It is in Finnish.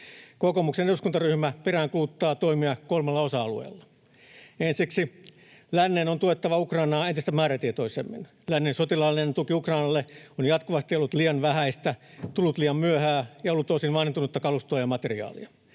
Kokoomuksen eduskuntaryhmä peräänkuuluttaa toimia kolmella osa-alueella: Ensiksi, lännen on tuettava Ukrainaa entistä määrätietoisemmin. Lännen sotilaallinen tuki Ukrainalle on jatkuvasti ollut liian vähäistä, tullut liian myöhään ja ollut osin vanhentunutta kalustoa ja materiaalia.